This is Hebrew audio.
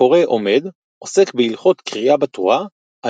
הקורא עומד - עוסק בהלכות קריאה בתורה,